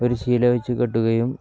ഒരു ശീല വച്ചു കെട്ടുകയും